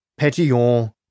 Petillon